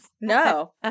No